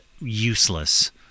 useless